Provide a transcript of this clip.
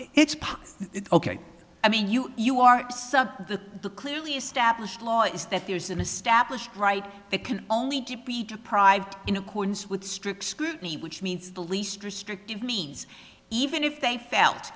it's past ok i mean you you are the clearly established law is that there's an established right that can only to be deprived in accordance with strict scrutiny which means the least restrictive means even if they felt